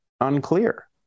unclear